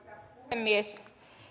puhemies